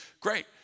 Great